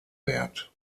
wert